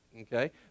okay